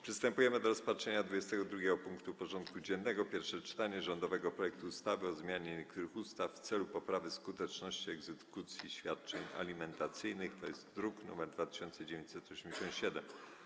Przystępujemy do rozpatrzenia punktu 22. porządku dziennego: Pierwsze czytanie rządowego projektu ustawy o zmianie niektórych ustaw w celu poprawy skuteczności egzekucji świadczeń alimentacyjnych (druk nr 2987)